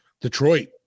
Detroit